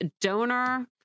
donor